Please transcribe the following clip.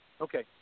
Okay